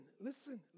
listen